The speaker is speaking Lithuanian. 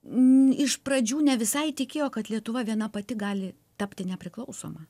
n iš pradžių ne visai tikėjo kad lietuva viena pati gali tapti nepriklausoma